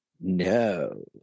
no